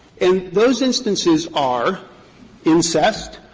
and those instances are incest,